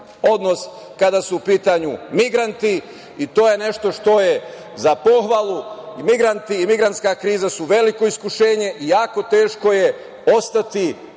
odnos kada su u pitanju migranti i to je nešto što je za pohvalu. Migranti i migrantska kriza su veliko iskušenje i jako je teško ostati